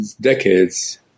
decades